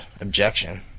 Objection